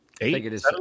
Eight